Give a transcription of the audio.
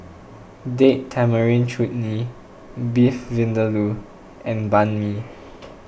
Date Tamarind Chutney Beef Vindaloo and Banh Mi